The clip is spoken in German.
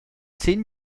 zehn